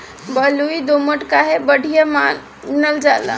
बलुई दोमट काहे बढ़िया मानल जाला?